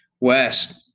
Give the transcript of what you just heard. West